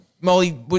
Molly